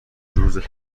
روز